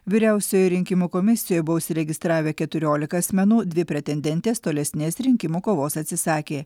vyriausiojoje rinkimų komisijoje buvo užsiregistravę keturiolika asmenų dvi pretendentės tolesnės rinkimų kovos atsisakė